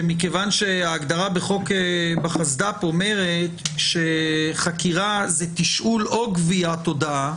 מכיוון שההגדרה בחסד"פ אומרת שחקירה היא תשאול או גביית הודעה,